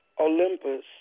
Olympus